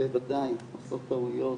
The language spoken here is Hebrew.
בוודאי עושות טעויות,